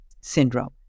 syndrome